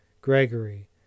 Gregory